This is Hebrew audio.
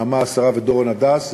נעמה אסרף ודורון הדס,